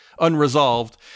unresolved